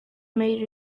made